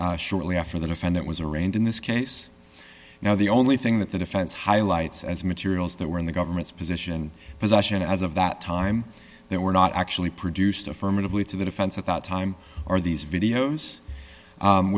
shortly after the defendant was arraigned in this case now the only thing that the defense highlights as materials that were in the government's position possession as of that time they were not actually produced affirmatively to the defense at the time or these videos